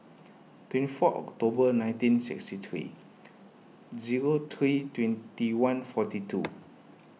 twenty four October nineteen sixty three zero three twenty one forty two